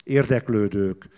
érdeklődők